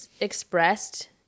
expressed